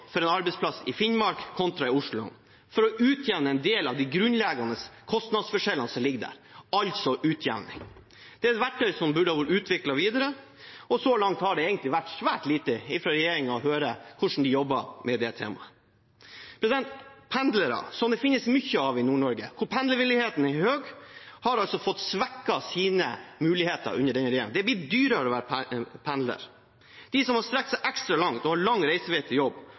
for en arbeidsplass i Finnmark kontra i Oslo for å utjevne en del av de grunnleggende kostnadsforskjellene som ligger der, altså utjevning. Det er et verktøy som burde ha vært utviklet videre, men så langt har vi egentlig hørt svært lite fra regjeringen om hvordan de jobber med det temaet. Pendlere, som det finnes mange av i Nord-Norge, der pendlervilligheten er høy, har fått svekket sine muligheter under denne regjeringen. Det har blitt dyrere å være pendler. De som har strukket seg ekstra langt og har lang reisevei til jobb,